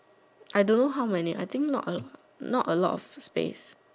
I don't know how many I think not a not a lot of space